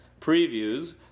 previews